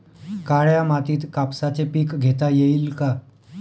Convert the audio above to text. काळ्या मातीत कापसाचे पीक घेता येईल का?